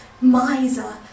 miser